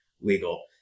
legal